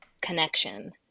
connection